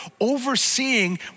overseeing